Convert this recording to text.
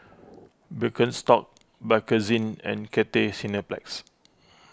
Birkenstock Bakerzin and Cathay Cineplex